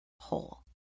whole